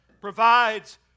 provides